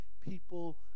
people